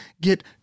get